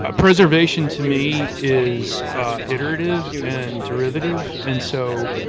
ah preservation to me is iterative and derivative and so